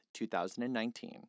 2019